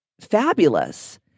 fabulous